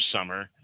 summer